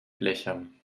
blechern